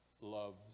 loves